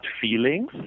feelings